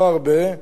לא הרבה,